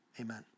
Amen